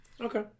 Okay